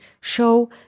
show